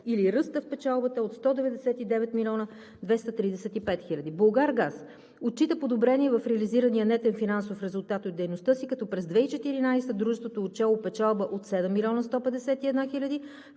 Или ръстът в печалбата е от 199 млн. 235 хил. лв. „Булгаргаз“ – отчита подобрение в реализирания нетен финансов резултат от дейността си, като през 2014 г. дружеството е отчело печалба от 7 млн. 151 хил.